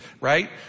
right